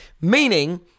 Meaning